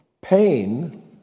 Pain